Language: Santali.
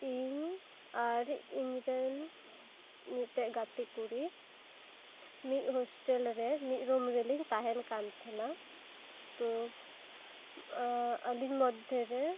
ᱤᱧ ᱟᱨ ᱤᱧ ᱨᱮᱱ ᱢᱤᱫᱴᱮᱱ ᱜᱟᱛᱮ ᱠᱩᱲᱤ ᱢᱤᱫ ᱦᱳᱥᱴᱮᱞ ᱨᱮ ᱢᱤᱫ ᱨᱩᱢ ᱨᱮᱞᱤᱝ ᱛᱟᱦᱮᱸᱱ ᱠᱟᱱ ᱛᱟᱦᱮᱸᱱᱟ ᱛᱚᱟᱹᱞᱤᱧ ᱢᱚᱫᱽᱫᱷᱮᱨᱮ